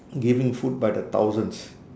giving food by the thousands